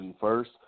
first